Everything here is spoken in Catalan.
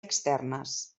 externes